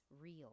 real